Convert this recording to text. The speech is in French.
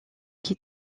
qui